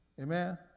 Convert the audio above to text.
Amen